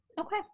Okay